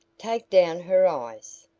take down her eyes.